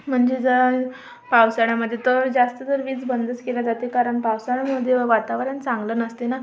म्हणजे जर पावसाळ्यामधे तर जास्त तर वीज बंदच केल्या जाते कारण पावसाळ्यामधे व वातावरण चांगलं नसते ना